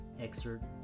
excerpt